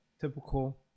typical